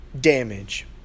damage